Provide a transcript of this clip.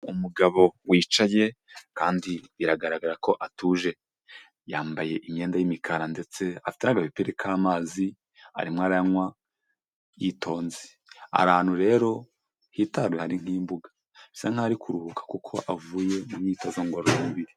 Umugabo wicaye kandi biragaragara ko atuje, yambaye imyenda y'imikara ndetse n'agapipira k'amazi arimo aranywa yitonze, ari ahantu rero hitaruye ari nk'imbuga, bisa nkaho ari kuruhuka kuko avuye mu imyitozo ngororamubiri.